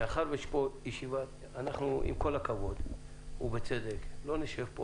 עם כל הכבוד ובצדק, לא נשב פה